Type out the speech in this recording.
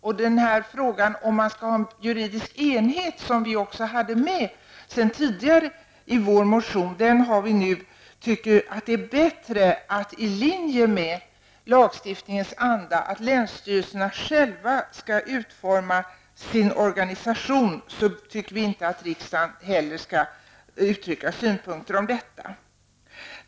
När det gäller frågan om man skall ha juridisk enhet, som vi hade med i motionen sedan tidigare, tycker vi att det är bättre i linje med lagstiftningens anda att länsstyrelserna själva skall utforma sin organisation. Vi tycker inte att riksdagen skall uttrycka synpunkter på det.